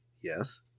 yes